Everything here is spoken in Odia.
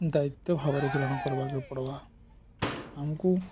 ଦାୟିତ୍ୱ ଭାବରେ ଗ୍ରହଣ କରାର୍କୁ ପଡ଼୍ବା ଆମକୁ